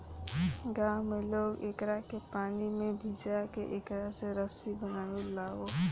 गांव में लोग एकरा के पानी में भिजा के एकरा से रसरी बनावे लालो